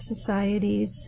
societies